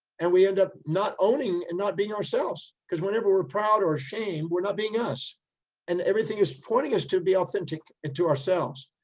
and we ended up not owning and not being ourselves because whenever we're proud or shame, we're not being us and everything is pointing us to be authentic and to ourselves.